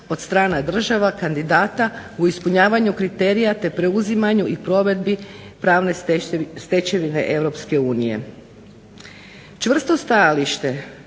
od strana država kandidata u ispunjavanju kriterija, te preuzimanju i provedbi pravne stečevine EU. Čvrsto stajalište